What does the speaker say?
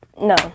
no